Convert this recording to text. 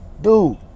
Dude